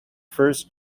first